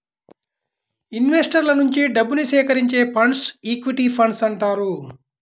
ఇన్వెస్టర్ల నుంచి డబ్బుని సేకరించే ఫండ్స్ను ఈక్విటీ ఫండ్స్ అంటారు